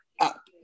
up